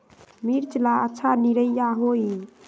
मिर्च ला अच्छा निरैया होई?